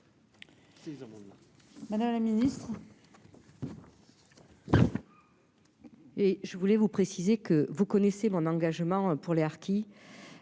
Madame la Ministre.